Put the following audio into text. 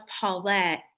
Paulette